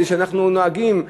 כי אנחנו נוהגים,